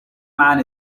man